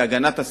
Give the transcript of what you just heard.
הגנת הסביבה,